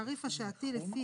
הסבר 11 שכר יסוד X X לפי